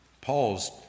Paul's